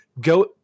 go